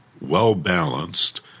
well-balanced